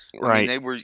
Right